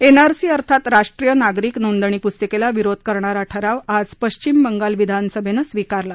NRC अर्थात राष्टीय नागरिक नोंदणी पुस्तिकेला विरोध करणारा ठराव आज पश्चिम बंगाल विधासभेनं स्विकारला